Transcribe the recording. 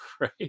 right